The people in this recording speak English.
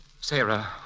sarah